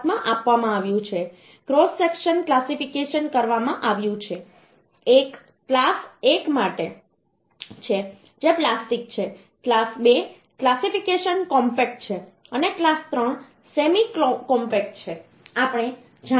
7 માં આપવામાં આવ્યું છે ક્રોસ સેક્શન ક્લાસિફિકેશન કરવામાં આવ્યું છે એક ક્લાસ 1 છે જે પ્લાસ્ટિક છે ક્લાસ 2 ક્લાસિફિકેશન કોમ્પેક્ટ છે અને ક્લાસ 3 સેમી કોમ્પેક્ટ છે આપણે જાણીએ છીએ